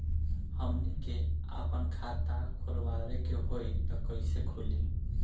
हमनी के आापन खाता खोलवावे के होइ त कइसे खुली